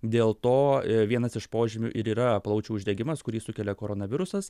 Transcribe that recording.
dėl to vienas iš požymių ir yra plaučių uždegimas kurį sukelia koronavirusas